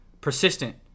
persistent